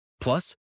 Plus